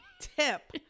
tip